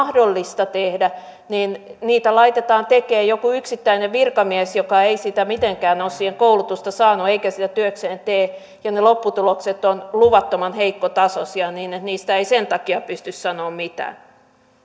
mahdollista tehdä niitä laitetaan tekemään joku yksittäinen virkamies joka ei mitenkään ole siihen koulutusta saanut eikä sitä työkseen tee ja ne lopputulokset ovat luvattoman heikkotasoisia niin että niistä ei sen takia pysty sanomaan mitään